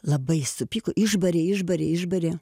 labai supyko išbarė išbarė išbarė